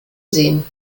sehen